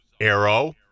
arrow